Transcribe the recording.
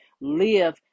live